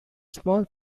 small